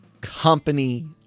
company